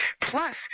Plus